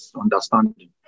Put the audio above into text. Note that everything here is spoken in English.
understanding